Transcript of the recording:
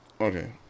Okay